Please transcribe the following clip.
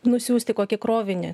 nusiųsti kokį krovinį